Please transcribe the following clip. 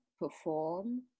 perform